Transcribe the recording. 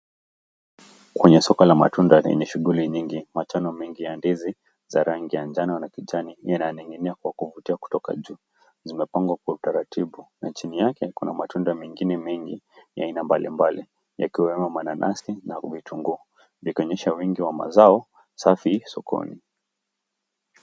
Kwenye soko la matunda lenye shuguli nyingi , machano mengi ya ndizi za rangi ya njano na kibichi zina ninginia kutoka juu, zimepangwa kwa utaratibu kutoka huko juu chini yake kuna matunda mengine mengine ya aina mbalimbali yakiwemo na mananazi na vitunguu . Zikionyesha wingi w mazao mengi sokoni.